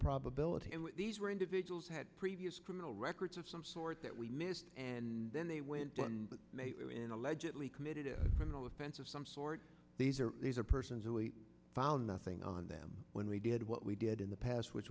probability and these were individuals had previous criminal records of some sort that we missed and then they went in allegedly committed a criminal offense of some sort these are these are persons who are found nothing on them when we did what we did in the past which